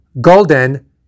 Golden